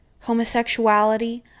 homosexuality